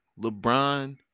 LeBron